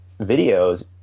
videos